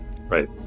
Right